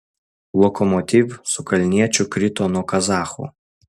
lokomotiv su kalniečiu krito nuo kazachų